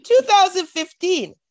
2015